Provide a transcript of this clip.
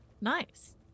Nice